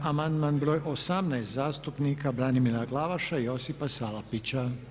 Amandman br. 18. zastupnika Branimira Glavaša i Josipa Salapića.